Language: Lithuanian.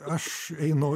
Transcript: aš einu